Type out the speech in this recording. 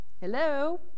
Hello